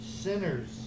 sinners